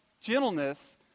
gentleness